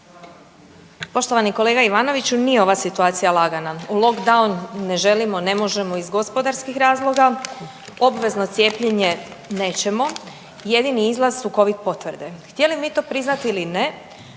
Poštovani kolega Ivanoviću nije ova situacija lagana, u lockdown ne želimo, ne možemo iz gospodarskih razloga, obvezno cijepljenje nećemo jedini izlaz su Covid potvrde. Htjeli mi to priznati ili ne